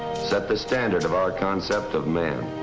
set the standard of our concept of man.